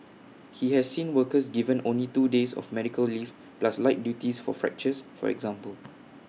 he has seen workers given only two days of medical leave plus light duties for fractures for example